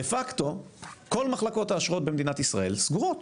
דה-פקטו, כל מחלקות האשרות במדינת ישראל סגורות.